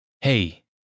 Hey